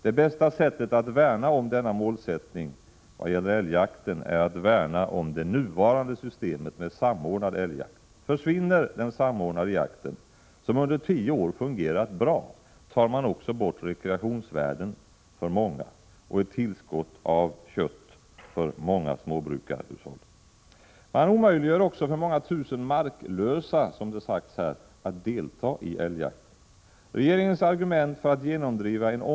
Det bästa sättet att värna om denna målsättning, vad gäller älgjakten, är att värna om det nuvarande systemet med samordnad älgjakt. Försvinner den samordnade jakten, som under tio år fungerat bra, tar man också bort rekreationsvärden för många och ett tillskott av kött för många småbrukarhushåll. Man omöjliggör också för många tusen marklösa, som det har sagts här, att delta i älgjakten. Regeringens argument för att genomdriva en = Prot.